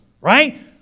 right